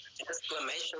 Exclamation